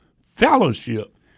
fellowship